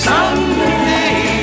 Someday